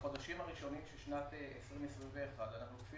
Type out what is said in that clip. בחודשים הראשונים של שנת 2021 אנחנו נהיה,